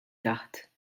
taħt